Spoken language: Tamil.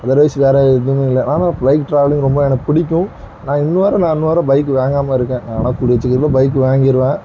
அதர்வைஸ் வேற எதுவும் இல்லை ஆனால் ப்லைட் ட்ராவலிங் ரொம்ப எனக்கு பிடிக்கும் நான் இன்னவரை நான் இன்னவரை பைக் வாங்காமல் இருக்கேன் ஆனால் கூடிய சீக்கிரத்துல பைக்கு வாங்கிடுவேன்